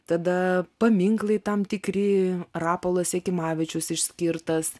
tada paminklai tam tikri rapolas jakimavičius išskirtas